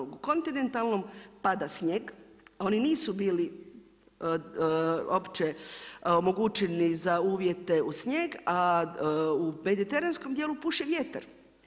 U području kontinentalnog pada snijeg, oni nisu bili uopće omogućeni za uvjete u snijeg, a u mediteranskom dijelu puše vjetar.